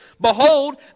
Behold